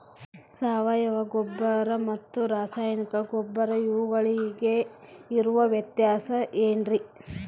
ಸಾವಯವ ಗೊಬ್ಬರ ಮತ್ತು ರಾಸಾಯನಿಕ ಗೊಬ್ಬರ ಇವುಗಳಿಗೆ ಇರುವ ವ್ಯತ್ಯಾಸ ಏನ್ರಿ?